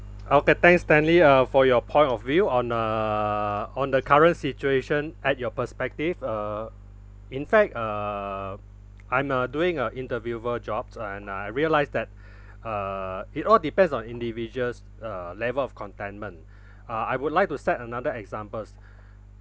okay thanks stanley uh for your point of view on uh on the current situation at your perspective uh in fact uh I'm uh doing a interviewer jobs and I realise that uh it all depends on individuals uh level of contentment uh I would like to set another examples